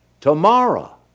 tomorrow